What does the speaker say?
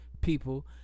People